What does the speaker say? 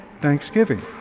thanksgiving